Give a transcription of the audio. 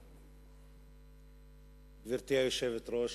כבוד גברתי היושבת-ראש,